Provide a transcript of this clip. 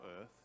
earth